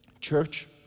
Church